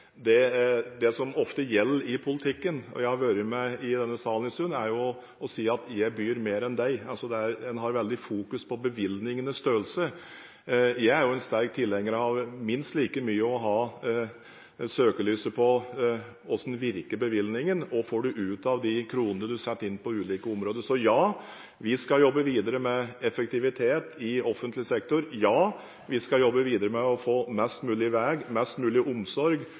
det som ofte gjelder i politikken, og jeg har vært med i denne salen en stund, er å si: Jeg byr mer enn deg. Man har et veldig sterkt fokus på bevilgningenes størrelse. Jeg er en sterk tilhenger av å ha søkelyset minst like mye på hvordan bevilgningene virker. Hva får man ut av de kronene man setter inn på ulike områder? Ja, vi skal jobbe videre med effektivitet i offentlig sektor. Ja, vi skal jobbe videre med å få mest mulig vei, mest mulig omsorg